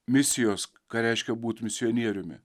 misijos ką reiškia būt misionieriumi